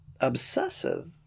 obsessive